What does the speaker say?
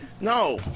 No